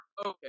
Okay